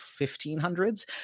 1500s